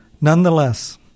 Nonetheless